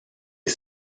est